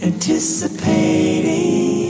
anticipating